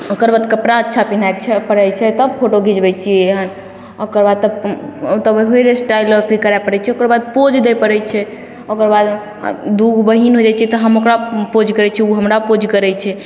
ओकरबाद कपड़ा अच्छा पहिनेके छै पड़य छै तब फोटो घिचबय छियै हन ओकरबाद तब तब हेयर स्टाइल भी करय पड़य छै ओकरबाद पोज दै पड़य छै ओकरबाद दू गो बहीन होइ जाइ छियै तऽ हम ओकरा पोज करय छियै ओ हमरा पोज करय छै